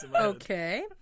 Okay